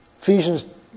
Ephesians